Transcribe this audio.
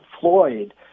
floyd